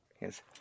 yes